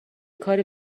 کاری